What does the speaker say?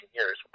years